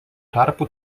tarpu